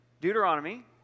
Deuteronomy